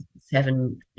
seven